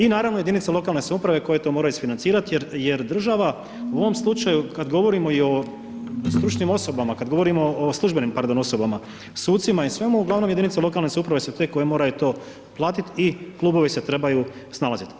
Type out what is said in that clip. I naravno jedinica lokalne samouprave koja to mora izfinancirat, jer, jer država u ovom slučaju kad govorimo i o stručnim osobama, kad govorimo o službenim pardon osobama, sucima i svemu uglavnom jedinice lokalne samouprave su te koje moraju to platit i klubovi se trebaju snalazit.